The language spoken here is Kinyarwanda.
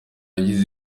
yagize